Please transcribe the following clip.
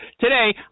Today